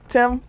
Tim